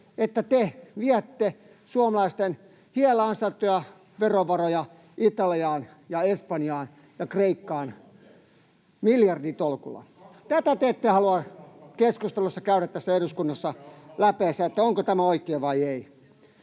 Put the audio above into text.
että te viette suomalaisten hiellä ansaittuja verovaroja Italiaan ja Espanjaan ja Kreikkaan miljarditolkulla. Tätä te ette halua keskustelussa tässä eduskunnassa käydä läpi, onko tämä oikein vai ei.